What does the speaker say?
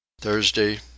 thursday